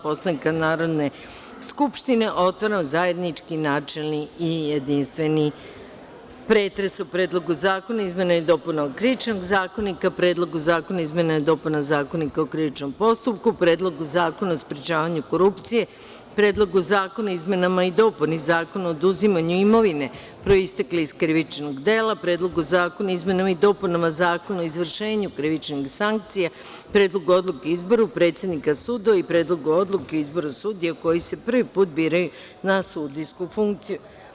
Poslovnika Narodne skupštine, otvaram zajednički načelni i jedinstveni pretres o Predlog zakona o izmenama i dopunama Krivičnog zakonika, Predlog zakona o izmenama i dopunama Zakonika o krivičnom postupku, Predlog zakona o sprečavanju korupcije, Predlog zakona o izmenama i dopuni Zakona o oduzimanju imovine proistekle iz krivičnog dela, Predlog zakona o izmenama i dopunama Zakona o izvršenju krivičnih sankcija, Predlog odluke o izboru predsednika sudova i Predlogu odluke o izboru sudija koji se prvi put biraju na sudijsku funkciju.